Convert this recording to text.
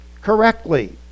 correctly